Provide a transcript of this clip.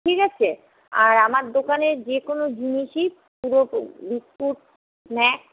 ঠিক আছে আর আমার দোকানের যে কোনও জিনিসই বিস্কুট স্ন্যাক্স